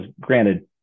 granted